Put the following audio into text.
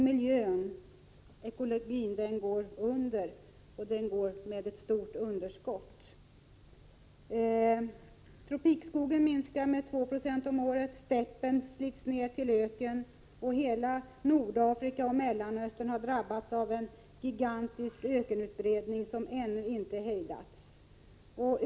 Miljön, ekologin, går med ett stort underskott och kommer att gå under. Tropikskogen minskar med 2 6 om året. Stäppen slits ner till öken. Hela Nordafrika och Mellanöstern har drabbats av en gigantisk ökenutbredning, som ännu inte har hejdats.